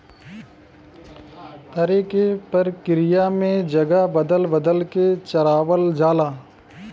तरे के प्रक्रिया में जगह बदल बदल के चरावल जाला